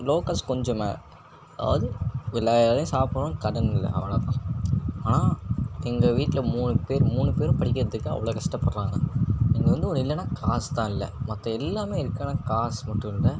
locals கொஞ்சம் மேலே அதாவது எல்லா வேலையும் சாப்பிட்றோம் கடன் இல்லை அவ்வளோதான் ஆனால் எங்கள் வீட்டில் மூணு பேர் மூணு பேரும் படிக்கிறதுக்கு அவ்வளோ கஷ்டப்படுறாங்க இங்கே வந்து ஒன்று இல்லைனா காசுதான் இல்லை மற்ற எல்லாமே இருக்குது ஆனால் காசு மட்டும் இல்லை